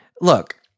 look